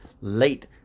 late